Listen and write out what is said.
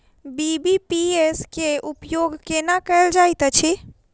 BBPS केँ उपयोग केना कएल जाइत अछि?